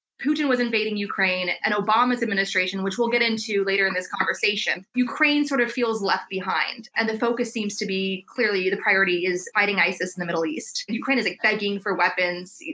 putin was invading ukraine, and obama's administration, which we'll get into later in this conversation. ukraine sort of feels left behind, and the focus seems to be, clearly the priority is, fighting isis in the middle east. ukraine is begging for weapons,